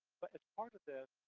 but as part of this,